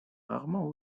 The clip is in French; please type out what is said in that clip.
rarement